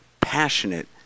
passionate